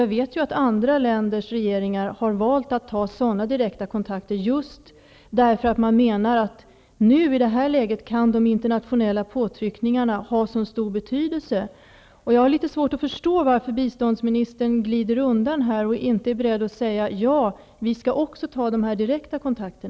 Jag vet att andra länders regeringar har valt att ta sådana direkta kontakter just för att de menar att de internationella påtryckningarna kan ha stor betydelse i det här läget. Jag förstår inte varför biståndsministern glider undan och inte är beredd att säga att vi också skall ta dessa direkta kontakter.